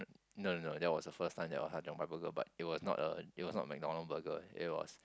no no no that was the first time there was Ha-Cheong-Gai burger but it was not a it was not MacDonald burger it was